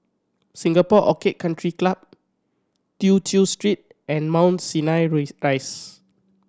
Singapore Orchid Country Club Tew Chew Street and Mount Sinai raise Rise